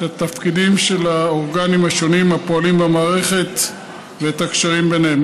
את התפקידים של האורגנים השונים הפועלים במערכת ואת הקשרים ביניהם.